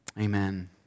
amen